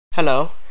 Hello